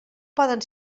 poden